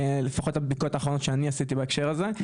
לפחות לפי הבדיקות האחרונות שאני עשיתי בהקשר הזה.